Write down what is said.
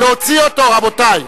להוציא אותו, רבותי.